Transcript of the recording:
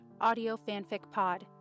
audiofanficpod